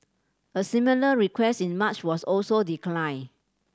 a similar request in March was also declined